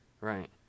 Right